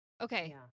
Okay